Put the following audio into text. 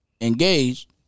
Engaged